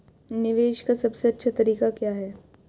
निवेश का सबसे अच्छा तरीका क्या है?